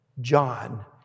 John